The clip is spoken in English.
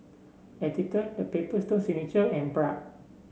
Atherton The Paper Stone Signature and Bragg